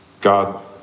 God